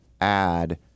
add